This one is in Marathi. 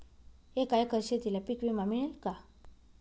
एका एकर शेतीला पीक विमा मिळेल का?